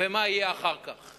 ומה יהיה אחר כך.